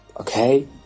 okay